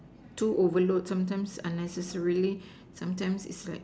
too overload sometimes unnecessarily sometimes is like